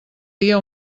dia